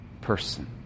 person